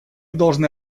должны